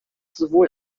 sowohl